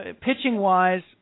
pitching-wise